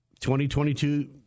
2022